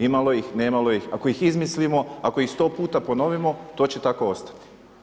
Imalo ih, nemalo ih, ako ih izmislimo, ako ih 100 puta ponovimo, to će tako ostati.